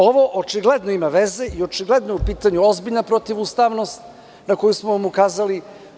Ovo očigledno ima veze i očigledno je u pitanju protivustavnost na koju smo vam ukazali.